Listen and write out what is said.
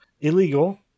illegal